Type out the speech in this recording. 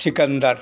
Sikandar